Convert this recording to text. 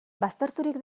bazterturik